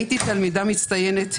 הייתי תלמידה מצטיינת,